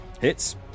Hits